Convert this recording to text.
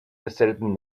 desselben